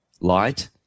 light